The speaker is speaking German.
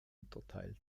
unterteilt